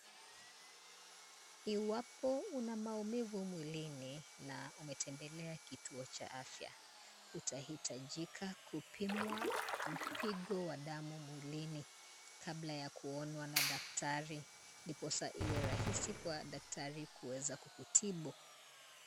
Iwapo una maumivu mwilini na umetembelea kituo cha afya, utahitajika kupimwa mpigo wa damu mwilini, kabla ya kuonwa na daktari, ndiposa iwe rahisi kwa daktari kuweza kukutibu.